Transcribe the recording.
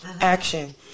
action